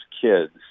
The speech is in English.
kids